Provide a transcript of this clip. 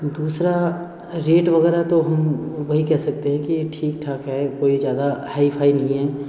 दूसरा रेट वग़ैरह तो हम वही कह सकते हैं कि ये ठीक ठाक है कोई ज़्यादा हाई फ़ाई नहीं है